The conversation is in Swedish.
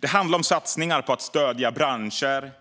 Det handlar om satsningar på stöd till branscher,